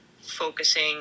focusing